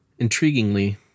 Intriguingly